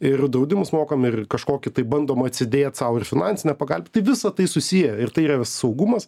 ir draudimus mokam ir kažkokį tai bandom atsidėt sau ir finansinę pagalbą tai visa tai susiję ir tai yra saugumas